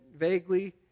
vaguely